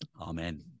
amen